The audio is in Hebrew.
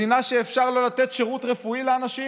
מדינה שבה אפשר לא לתת שירות רפואי לאנשים?